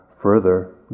further